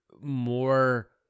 more